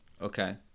Okay